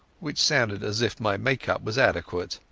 which sounded as if my make-up was adequate.